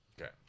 Okay